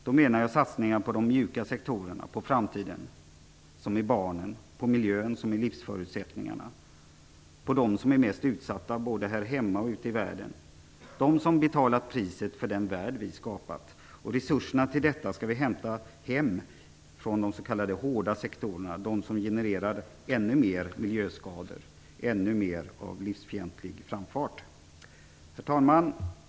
Då menar jag satsningar på de mjuka sektorerna - på framtiden som är barnen, på miljön som är en livsförutsättning, på dem som är mest utsatta både här hemma och ute i världen, på dem som betalat priset för den värld som vi har skapat. Resurserna till detta skall vi hämta från de s.k. hårda sektorerna, från dem som genererar ännu mer miljöskador och ännu mer av livsfientlig framfart. Herr talman!